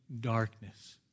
darkness